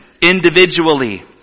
individually